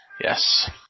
Yes